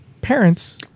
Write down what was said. parents